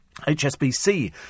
HSBC